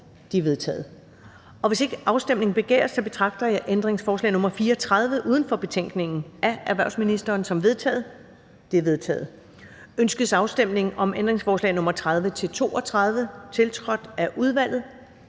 De er vedtaget. Hvis ikke afstemning begæres, betragter jeg ændringsforslag nr. 34, uden for betænkningen, af erhvervsministeren som vedtaget. Det er vedtaget. Ønskes afstemning om ændringsforslag nr. 30-32, tiltrådt af udvalget?